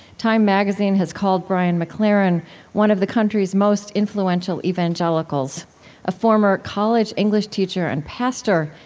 time magazine has called brian mclaren one of the country's most influential evangelicals a former college english teacher and pastor,